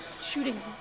shooting